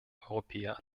europäer